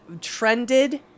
trended